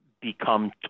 become